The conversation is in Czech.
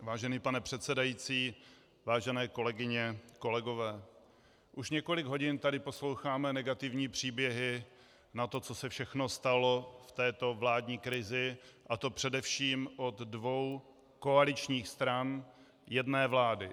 Vážený pane předsedající, vážené kolegyně, kolegové, už několik hodin tady posloucháme negativní příběhy na to, co se všechno stalo v této vládní krizi, a to především od dvou koaličních stran jedné vlády.